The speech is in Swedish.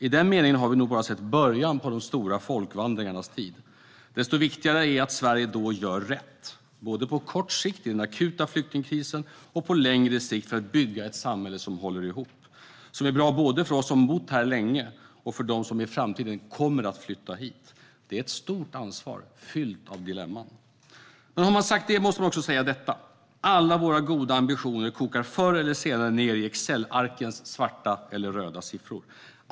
I den meningen har vi nog bara sett början på de stora folkvandringarnas tid. Desto viktigare då att Sverige gör rätt, både på kort sikt i den akuta flyktingkrisen och på längre sikt för att bygga ett samhälle som håller ihop och som är bra både för oss som har bott här länge och för dem som i framtiden kommer att flytta hit. Det är ett stort ansvar, fullt av dilemman. Men har man sagt det måste man också säga detta: Alla våra goda ambitioner kokar förr eller senare ned till Excelarkens svarta eller röda siffror.